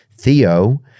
theo